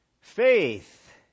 faith